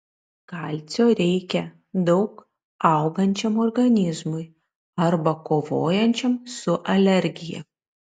kalcio reikia daug augančiam organizmui arba kovojančiam su alergija